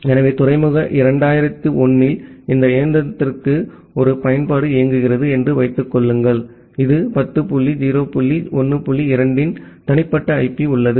எனவே துறைமுக 2001 இல் இந்த இயந்திரத்திற்கு ஒரு பயன்பாடு இயங்குகிறது என்று வைத்துக் கொள்ளுங்கள் இது 10 டாட் 0 டாட் 1 டாட் 2 இன் தனிப்பட்ட ஐபி உள்ளது